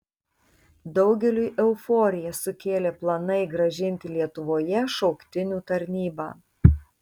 daugeliui euforiją sukėlė planai grąžinti lietuvoje šauktinių tarnybą